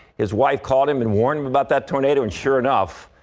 his wife called him and warned about that tornado ensure enough.